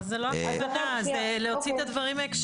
זה לא הכוונה, זה להוציא את הדברים מהקשרם.